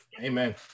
amen